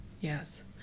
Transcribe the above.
Yes